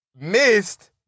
Missed